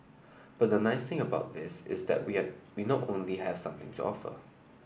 but the nice thing about this is that we are we not only have something to offer